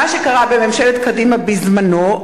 בזמנה,